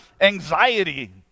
anxiety